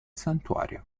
santuario